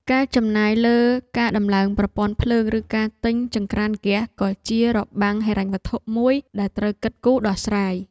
ការចំណាយលើការដំឡើងប្រព័ន្ធភ្លើងឬការទិញចង្ក្រានហ្គាសក៏ជារបាំងហិរញ្ញវត្ថុមួយដែលត្រូវគិតគូរដោះស្រាយ។